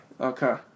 Okay